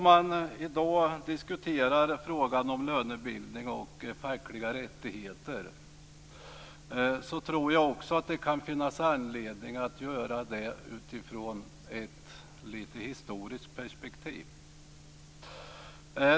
I dag diskuterar man frågan om lönebildning och fackliga rättigheter. Jag tror att det kan finnas anledning att göra det utifrån ett lite historiskt perspektiv.